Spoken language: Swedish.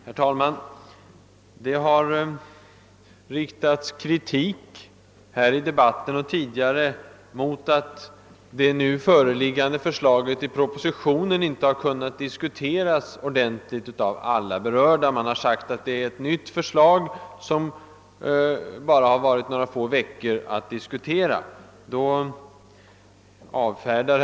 Herr talman! Det har både här i debatten och tidigare riktats kritik mot att det nu föreliggande förslaget i propositionen inte har kunnat diskuteras ordentligt av alla berörda. Man har sagt att det är ett nytt förslag som har kunnat diskuteras endast under några veckor.